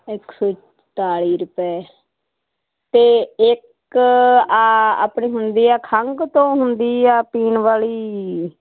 ਇੱਕ ਸੌ ਚੁਤਾਲੀ ਰੁਪਏ ਅਤੇ ਇੱਕ ਇਹ ਆਪਣੀ ਹੁੰਦੀ ਹੈ ਖੰਘ ਤੋਂ ਹੁੰਦੀ ਆ ਪੀਣ ਵਾਲੀ